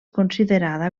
considerada